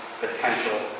potential